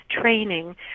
training